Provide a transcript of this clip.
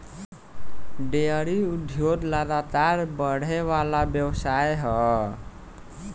dairy उद्योग लगातार बड़ेवाला व्यवसाय ह